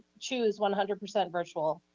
choose one hundred percent virtual.